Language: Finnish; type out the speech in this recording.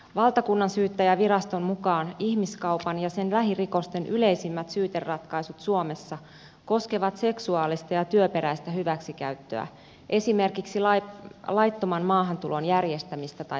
valtakunnansyyttäjänviraston mukaan ihmiskaupan ja sen lähirikosten yleisimmät syyteratkaisut suomessa koskevat seksuaalista ja työperäistä hyväksikäyttöä esimerkiksi laittoman maahantulon järjestämistä tai paritusta